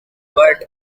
but